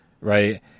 right